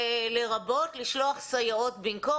לרבות לשלוח סייעות במקום,